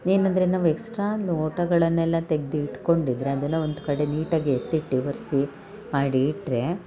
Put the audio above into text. ಏನಂದರೆ ನಾವು ಎಕ್ಸ್ಟ್ರಾ ಲೋಟಗಳನ್ನೆಲ್ಲ ತೆಗ್ದು ಇಟ್ಕೊಂಡಿದ್ದರೆ ಅದನ್ನು ಒಂದು ಕಡೆ ನೀಟಾಗಿ ಎತ್ತಿಟ್ಟಿ ಒರ್ಸಿ ಮಾಡಿ ಇಟ್ಟರೆ